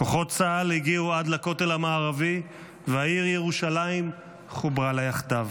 כוחות צה"ל הגיעו עד לכותל המערבי והעיר ירושלים חוברה לה יחדיו.